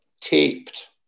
taped